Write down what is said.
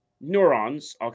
neurons